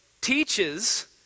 teaches